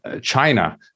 China